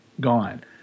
gone